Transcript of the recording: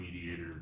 mediator